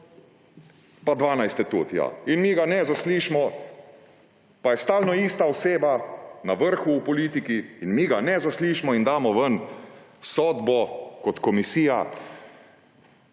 Pa 12. tudi, ja. In mi ga ne zaslišimo, pa je stalno ista oseba na vrhu v politiki in mi ga ne zaslišimo in damo ven sodbo kot komisija,